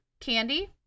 Candy